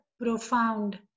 profound